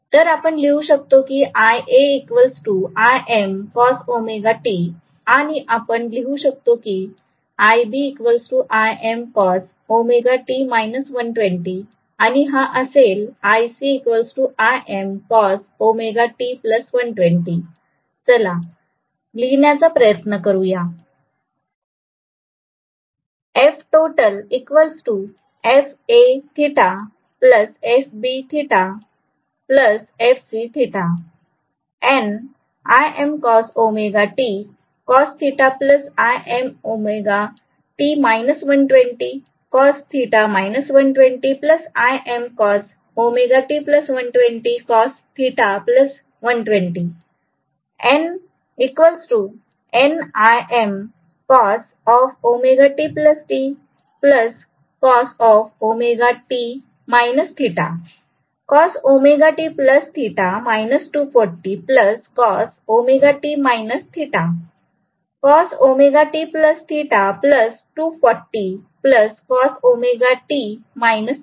तर आपण लिहू शकतो की iA Im cost आणि आपण लिहू शकतो की iB Im cos आणि हा असेल iC Im cost 120 चला लिहिण्याचा प्रयत्न करूया FTotal FA FB FC N Im cost cos Im cos cos Im cost 120 cos 120 N Imcost cos cost 240 cos cost 240 cos तुम्हाला आठवत असेल की B फेजचा करंट हा A फेजच्या करंटला 120 डिग्री ने लॅग करतो